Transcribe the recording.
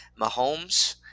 Mahomes